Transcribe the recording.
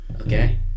okay